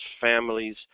families